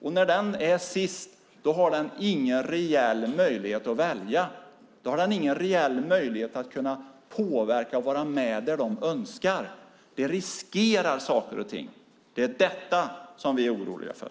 Den som är sist har ingen rejäl möjlighet att välja, påverka eller vara med när man så önskar. Det riskerar saker och ting. Det är detta som vi är oroliga för.